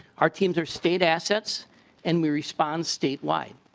our teams are state assets and we respond statewide.